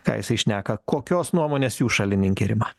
ką jisai šneka kokios nuomonės jūs šalininkė rima